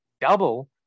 double